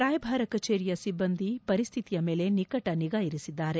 ರಾಯಭಾರ ಕಚೇರಿಯ ಸಿಬ್ಬಂದಿ ಪರಿಸ್ವಿತಿಯ ಮೇಲೆ ನಿಕಟ ನಿಗಾ ಇರಿಸಿದ್ದಾರೆ